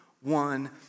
one